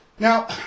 Now